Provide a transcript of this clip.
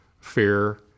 fear